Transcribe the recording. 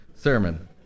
Sermon